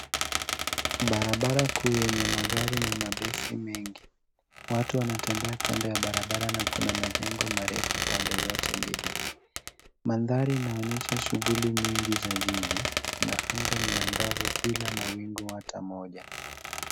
Barabara kuu yenye magari na mabasi mengi. Watu wanatembea kando ya barabara na kuna majengo marefu pande zote mbili. Mandhari inaonyesha shuguli nyingi za jiji na anga ni angavu bila mawingu hata moja.